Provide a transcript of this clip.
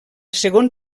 segon